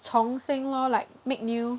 从新 lor like make new